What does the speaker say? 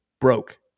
broke